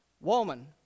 woman